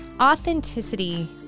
authenticity